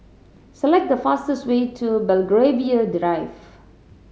select the fastest way to Belgravia Drive